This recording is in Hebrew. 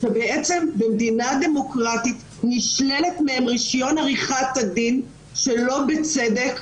שבעצם נשלל מהם רישיון עריכת הדין שלא בצדק.